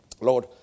Lord